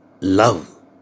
love